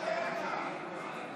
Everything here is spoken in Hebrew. אבוטבול.